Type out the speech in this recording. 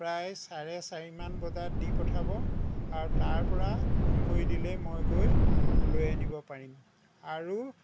প্ৰায় চাৰে চাৰিমান বজাত দি পঠাব আৰু তাৰপৰা ফোন কৰি দিলেই মই গৈ লৈ আনিব পাৰিম আৰু